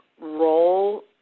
role